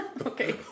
Okay